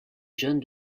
jeunes